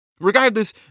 Regardless